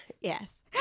Yes